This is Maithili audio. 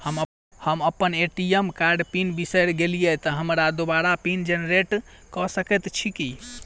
हम अप्पन ए.टी.एम कार्डक पिन बिसैर गेलियै तऽ हमरा दोबारा पिन जेनरेट कऽ सकैत छी की?